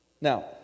Now